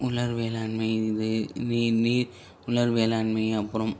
உலர் வேளாண்மை இது நீ நீ உலர் வேளாண்மை அப்புறம்